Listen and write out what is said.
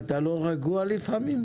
כמה דברים.